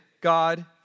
God